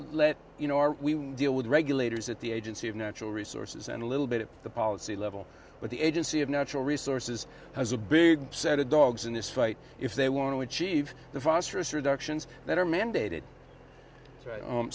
let you know are we deal with regulators at the agency of natural resources and a little bit of the policy level but the agency of natural resources has a big set of dogs in this fight if they want to achieve the phosphorus reductions that are mandated